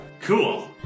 Cool